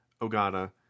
Ogata